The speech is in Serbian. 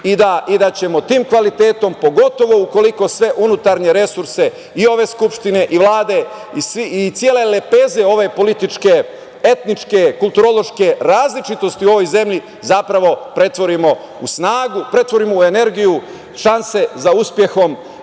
i da ćemo tim kvalitetom, pogotovo ukoliko sve unutrašnje resurse i ove Skupštine i Vlade i cele lepeze ove političke, etničke, kulturološke različitosti u ovoj zemlji zapravo pretvorimo u snagu, pretvorimo u energiju, šanse za uspehom